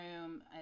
room